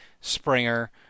Springer